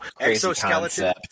exoskeleton